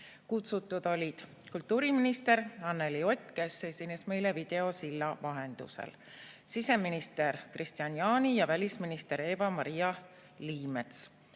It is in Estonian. Kutsutud olid kultuuriminister Anneli Ott, kes esines videosilla vahendusel, siseminister Kristian Jaani ja välisminister Eva-Maria Liimets.